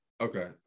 Okay